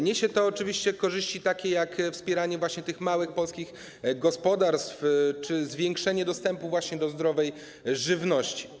Niesie to oczywiście korzyści, takie jak wspieranie właśnie tych małych polskich gospodarstw czy zwiększenie dostępu do zdrowej żywności.